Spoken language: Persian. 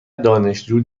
دانشجو